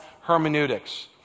hermeneutics